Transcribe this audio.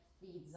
feeds